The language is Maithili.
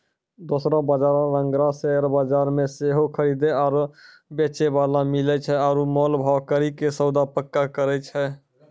दोसरो बजारो रंगका शेयर बजार मे सेहो खरीदे आरु बेचै बाला मिलै छै आरु मोल भाव करि के सौदा पक्का करै छै